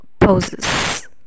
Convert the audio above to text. poses